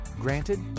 Granted